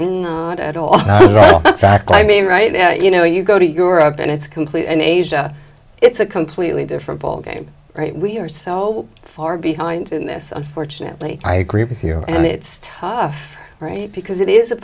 i mean right now you know you go to europe and it's completely in asia it's a completely different ballgame right we are so far behind in this unfortunately i agree with your and it's tough right because it is a